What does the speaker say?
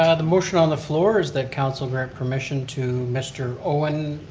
ah the motion on the floor is that council grant permission to mr. owen,